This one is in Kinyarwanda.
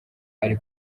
ari